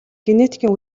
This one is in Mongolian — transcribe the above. генетикийн